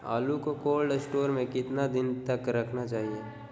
आलू को cold store में कितना दिन तक रखना चाहिए?